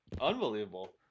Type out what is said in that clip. Unbelievable